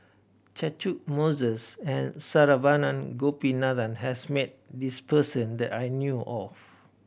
Catchick Moses and Saravanan Gopinathan has met this person that I knew of